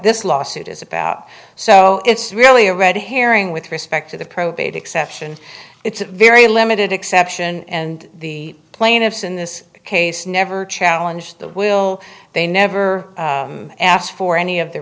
this lawsuit is about so it's really a red herring with respect to the probate exception it's a very limited exception and the plaintiffs in this case never challenge the will they never asked for any of the